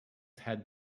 had